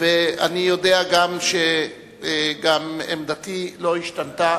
ואני יודע גם שעמדתי לא השתנתה